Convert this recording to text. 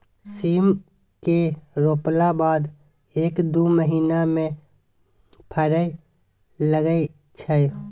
सीम केँ रोपला बाद एक दु महीना मे फरय लगय छै